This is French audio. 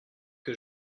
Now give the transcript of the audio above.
que